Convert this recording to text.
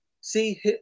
See